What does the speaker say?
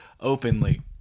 openly